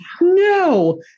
no